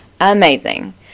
Amazing